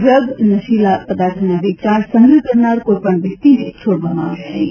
drugs નશીલા પદાર્થોના વેચાણ સંગ્રહ કરનાર કોઇપણ વ્યક્તિને છોડવામાં આવશે નહીં